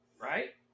right